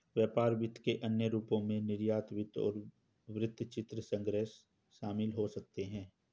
व्यापार वित्त के अन्य रूपों में निर्यात वित्त और वृत्तचित्र संग्रह शामिल हो सकते हैं